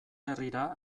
herrira